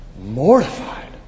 mortified